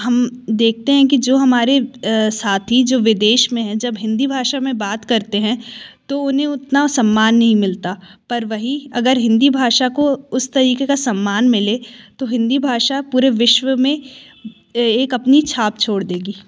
हम देखते है की जो हमारे साथी जो विदेश में हैं जब हिंदी भाषा में बात करते हैं तो उन्हें उतना समान्न नहीं मिलता पर वही अगर हिंदी भाषा को उस तरिके का समान्न मिले तो हिंदी भाषा पूरे विश्व में एक अपनी छाप छोड़ देगी